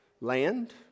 land